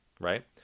right